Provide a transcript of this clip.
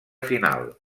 final